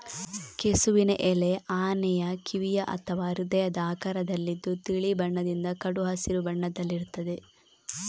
ಕೆಸುವಿನ ಎಲೆ ಆನೆಯ ಕಿವಿಯ ಅಥವಾ ಹೃದಯದ ಆಕಾರದಲ್ಲಿದ್ದು ತಿಳಿ ಬಣ್ಣದಿಂದ ಕಡು ಹಸಿರು ಬಣ್ಣದಲ್ಲಿರ್ತದೆ